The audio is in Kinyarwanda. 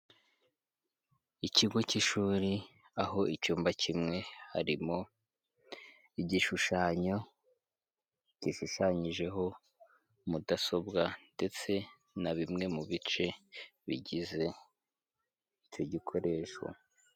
Ikigo cy'ishuri aho icyumba kimwe harimo igishushanyo gishushanyijeho mudasobwa ndetse na bimwe mu bice bigize icyo gikoresho.